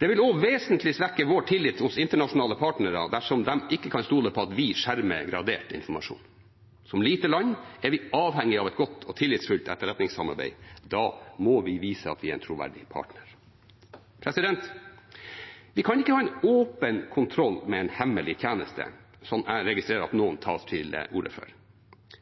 Det vil også vesentlig svekke vår tillit hos internasjonale partnere dersom de ikke kan stole på at vi skjermer gradert informasjon. Som et lite land er vi avhengige av et godt og tillitsfullt etterretningssamarbeid. Da må vi vise at vi er en troverdig partner. Vi kan ikke ha en åpen kontroll med en hemmelig tjeneste, som jeg registrerer at noen tar til orde for.